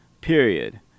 Period